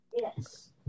Yes